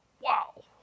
wow